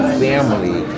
family